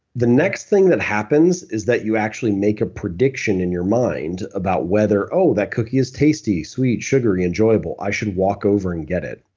the next thing that happens is that you actually make a prediction in your mind about whether oh, that cookie is tasty, sweet, sugary, enjoyable. i should walk over and get it.